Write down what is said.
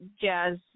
jazz